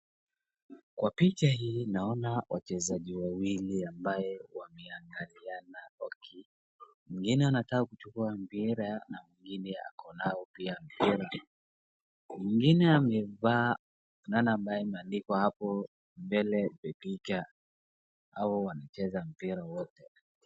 Kwa picha hii naona wachezaji wawili ambaye wameangaliana mwingine anataka kuchukua mpira na mwingine ako nao pia mwingine amevaa neno ambayo imeandikwa hapo mbele ni picha au wanacheza mpira wote.